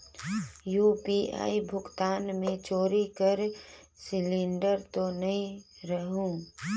UPI भुगतान मे चोरी कर सिलिंडर तो नइ रहु?